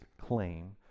claim